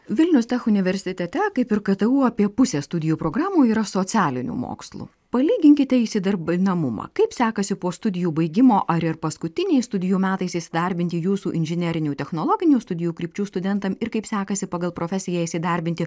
vilnius tech universitete kaip ir ktu apie pusė studijų programų yra socialinių mokslų palyginkite įsidarbinamumą kaip sekasi po studijų baigimo ar ir paskutiniais studijų metais įsidarbinti jūsų inžinerinių technologinių studijų krypčių studentam ir kaip sekasi pagal profesiją įsidarbinti